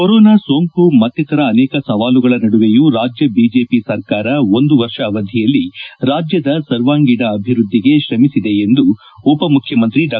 corona ಸೋಂಕು ಮತ್ತಿತರ ಅನೇಕ ಸವಾಲುಗಳ ನಡುವೆಯೂ ರಾಜ್ಯ ಬಿಜೆಪಿ ಸರ್ಕಾರ ಒಂದು ವರ್ಷ ಅವಧಿಯಲ್ಲಿ ರಾಜ್ಯದ ಸರ್ವಾಂಗೀಣ ಅಭಿವೃದ್ದಿಗೆ ಶ್ರಮಿಸಿದೆ ಎಂದು ಉಪ ಮುಖ್ಯಮಂತ್ರಿ ಡಾ